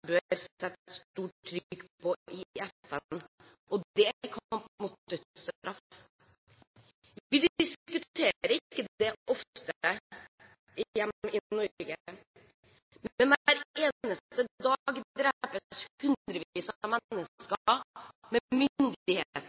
sette stort trykk på i FN, og det er kampen mot dødsstraff. Vi diskuterer ikke det ofte hjemme i Norge, men hver eneste dag drepes hundrevis av mennesker med